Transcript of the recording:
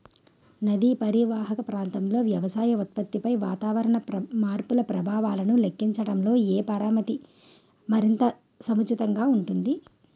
నదీ పరీవాహక ప్రాంతంలో వ్యవసాయ ఉత్పత్తిపై వాతావరణ మార్పుల ప్రభావాలను లెక్కించడంలో ఏ పరామితి మరింత సముచితంగా ఉంటుంది?